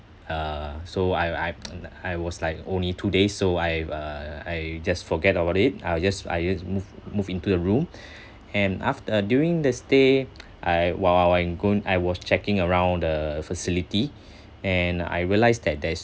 uh so I I was like only two days so I uh I just forget about it I'll just I just move move into the room and after during the stay I while I'm going I was checking around the facility and I realise that there's